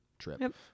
trip